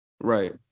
Right